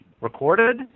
Recorded